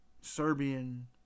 Serbian